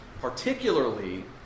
Particularly